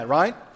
right